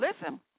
listen